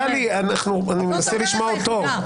טלי, אני מנסה לשמוע אותו.